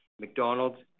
McDonald's